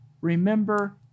remember